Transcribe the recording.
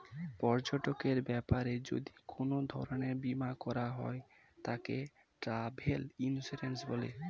পর্যটনের ব্যাপারে যদি কোন ধরণের বীমা করা হয় তাকে ট্র্যাভেল ইন্সুরেন্স বলে